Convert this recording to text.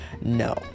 no